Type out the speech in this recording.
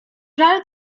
żal